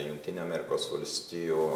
jungtinių amerikos valstijų